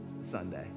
Sunday